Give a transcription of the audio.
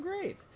great